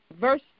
Verse